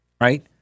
right